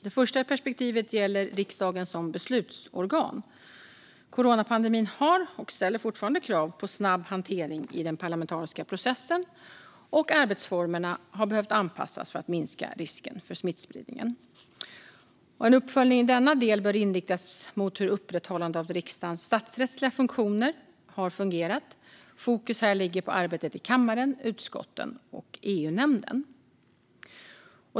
Det första perspektivet gäller riksdagen som beslutsorgan. Coronapandemin har ställt och ställer fortfarande krav på snabb hantering i den parlamentariska processen, och arbetsformerna har behövt anpassas för att minska risken för smittspridning. En uppföljning i denna del bör inriktas mot hur upprätthållande av riksdagens statsrättsliga funktioner har fungerat. Fokus här ligger på arbetet i kammaren, utskotten och EU-nämnden.